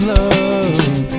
love